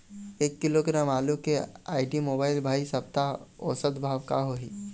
एक किलोग्राम आलू के आईडी, मोबाइल, भाई सप्ता औसत भाव का होही?